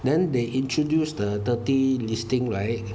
then they introduced the dirty listing right